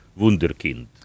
Wunderkind